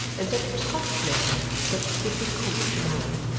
and said it was hot now but would be cool to-morrow.